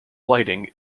lighting